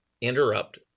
interrupt